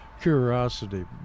curiosity